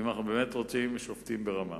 אם אנחנו באמת רוצים שופטים ברמה.